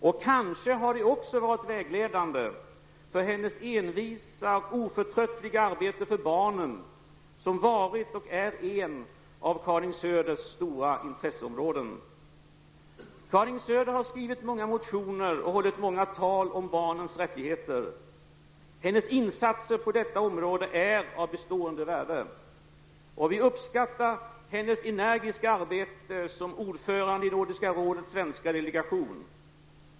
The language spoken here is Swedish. Och kanske har de också varit vägledande för hennes envisa och oförtröttliga arbete för barnen, som varit och är ett av Karin Söders stora intresseområden. Karin Söder har skrivit många motioner och hållit många tal om barnens rättigheter. Hennes insatser på detta område är av bestående värde. Vi uppskattar hennes energiska arbete som ordförande i Nordiska rådets svenska delegation.